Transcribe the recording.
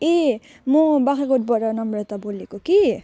ए म बाख्राकोटबाट नम्रता बोलेको कि